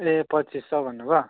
ए पच्चिस सय भन्नुभयो